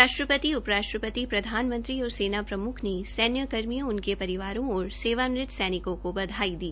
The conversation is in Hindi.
राष्ट्रपति उपराष्ट्रपति प्रधानमंत्री और सेना प्रम्ख ने सैन्य कर्मियों उनके परिवारों और सेवानिवृत सैनिकों को बधाई दी